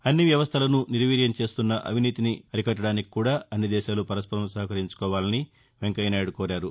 అన్ని వ్యవస్థలను నిర్వీర్యం చేస్తున్న అవినీతిని అరికట్లదానికి కూడా అన్ని దేశాలు పరస్పరం సహకరించుకోవాలని వెంకయ్యనాయుడు కోరారు